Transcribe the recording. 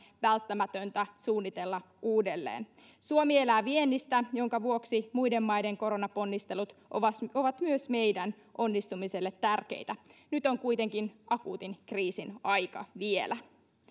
välttämätöntä suunnitella uudelleen suomi elää viennistä minkä vuoksi muiden maiden koronaponnistelut ovat myös meidän onnistumiselle tärkeitä nyt on kuitenkin akuutin kriisin aika vielä